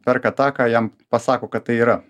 perka tą ką jam pasako kad tai yra